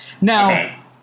Now